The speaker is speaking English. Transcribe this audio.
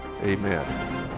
Amen